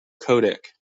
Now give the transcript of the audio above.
codec